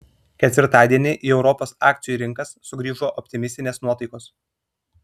ketvirtadienį į europos akcijų rinkas sugrįžo optimistinės nuotaikos